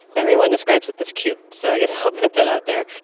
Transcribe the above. everyone describes it as cute, so i guess i'll put that out there.